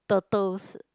turtles